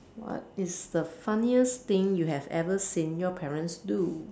what is the funniest thing you have ever seen your parents do